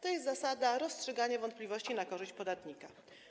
To jest zasada rozstrzygania wątpliwości na korzyść podatnika.